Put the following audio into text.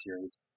Series